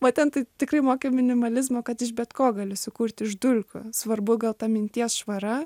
va ten tai tikrai mokė minimalizmo kad iš bet ko gali sukurti iš dulkių svarbu gal ta minties švara